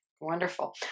Wonderful